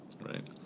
right